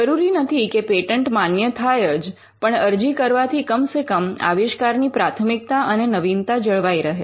જરૂરી નથી કે પેટન્ટ માન્ય થાય જ પણ અરજી કરવાથી કમ સે કમ આવિષ્કારની પ્રાથમિકતા અને નવીનતા જળવાઈ રહે